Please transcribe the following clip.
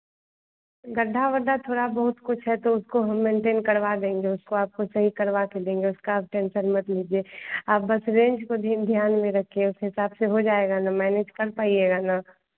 गड्ढा वड्ढा थोड़ा बहुत कुछ है तो उसको हम मैन्टेन करवा देंगे उसको आपको सही करवा के देंगे उसका आप टेंशन मत लीजिए आप बस रेंज को धि ध्यान में रखिए उस हिसाब से हो जाएगा ना मैनेज कर पाइएगा ना